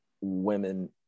women